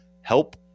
help